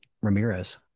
Ramirez